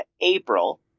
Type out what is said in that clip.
April